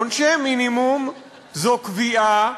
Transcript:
עונשי מינימום זו קביעה